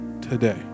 today